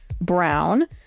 Brown